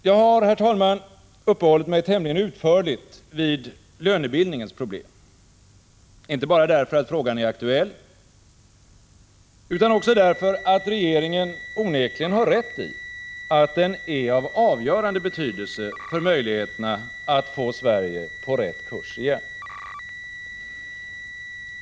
Jag har, herr talman, uppehållit mig tämligen utförligt vid lönebildningens problem, inte bara därför att frågan är aktuell, utan också därför att regeringen onekligen har rätt i att den är av avgörande betydelse för möjligheterna att få Sverige på rätt kurs igen.